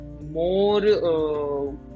more